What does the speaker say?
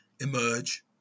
emerge